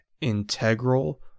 integral